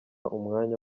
umwanya